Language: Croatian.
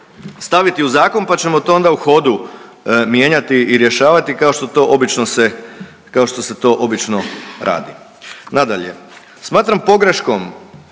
staviti zakon pa ćemo to onda u hodu mijenjati i rješavati kao što to obično se, kao što se to obično radi. Nadalje, smatram pogreškom,